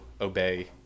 obey